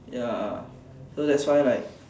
ya so that's why like